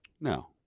No